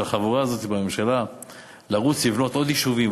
החבורה הזאת בממשלה לרוץ לבנות עוד יישובים,